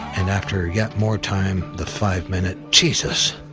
and after yet more time, the five minute jesus.